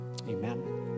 Amen